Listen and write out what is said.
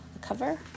cover